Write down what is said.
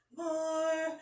more